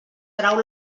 trau